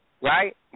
right